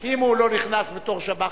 כי אם הוא לא נכנס בתור שב"ח,